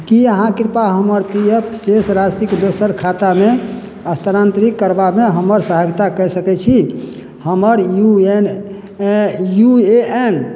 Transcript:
कि अहाँ कृपया हमर पी एफ शेष राशिके दोसर खातामे स्थानांतरित करबामे हमर सहायता कए सकय छी हमर U N U A N